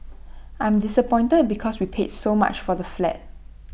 I'm disappointed because we paid so much for the flat